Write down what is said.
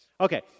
Okay